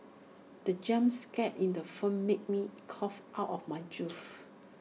the jump scare in the film made me cough out my juice